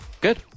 Good